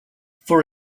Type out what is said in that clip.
for